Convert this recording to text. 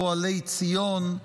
פועלי ציון,